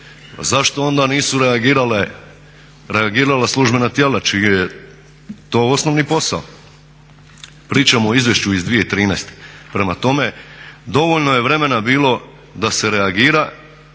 zašto onda nisu reagirala službena tijela čiji je to osnovni posao? Pričamo o Izvješću iz 2013. Prema tome, dovoljno je vremena bilo da se reagira